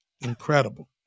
Incredible